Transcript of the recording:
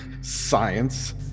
science